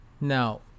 Now